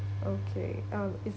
okay um is